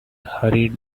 hurried